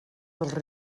dels